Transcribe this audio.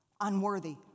unworthy